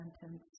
sentence